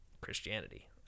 Christianity